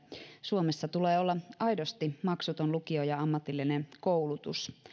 suomessa tulee olla aidosti maksuton lukio ja ja ammatillinen koulutus